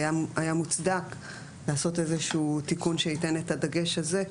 מוצדק לעשות תיקון שייתן את הדגש הזה.